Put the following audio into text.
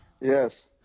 Yes